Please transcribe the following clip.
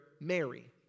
Mary